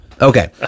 Okay